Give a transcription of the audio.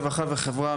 רווחה וחברה,